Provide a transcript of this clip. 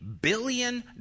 billion